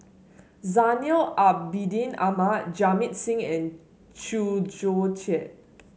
Zainal Abidin Ahmad Jamit Singh and Chew Joo Chiat